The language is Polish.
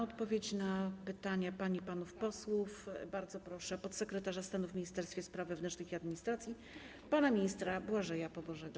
O odpowiedź na pytania pań i panów posłów bardzo proszę podsekretarza stanu w Ministerstwie Spraw Wewnętrznych i Administracji pana ministra Błażeja Pobożego.